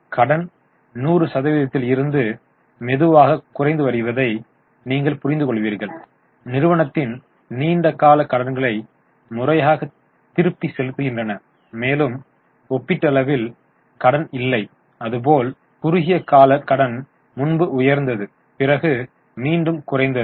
கடன் 100 சதவீதத்தில் இருந்து மெதுவாகக் குறைந்து வருவதை நீங்கள் புரிந்துகொள்வீர்கள் நிறுவனத்தின் நீண்ட கால கடன்களை முறையாக திருப்பிச் செலுத்துகின்றன மேலும் ஒப்பீட்டளவில் கடன் இல்லை அதுபோல் குறுகிய கால கடன் முன்பு உயர்ந்தது பிறகு மீண்டும் குறைந்தது